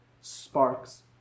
sparks